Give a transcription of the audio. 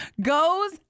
goes